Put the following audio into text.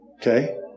Okay